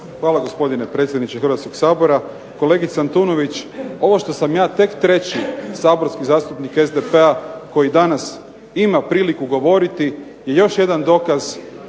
Hvala gospodine predsjedniče Hrvatskog sabora. Kolegice Antunović, ovo što sam ja tek treći saborski zastupnik SDP-a koji danas ima priliku govoriti je još jedan dokaz